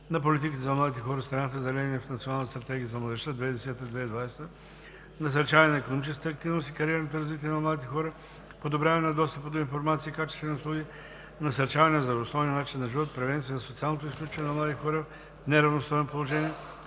на политиката за младите хора в страната, залегнали в Националната стратегия за младежта (2010 – 2020 г.) – насърчаване на икономическата активност и кариерното развитие на младите хора, подобряване на достъпа до информация и качествени услуги, насърчаване на здравословния начин на живот, превенция на социалното изключване на млади хора в неравностойно положение,